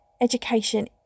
education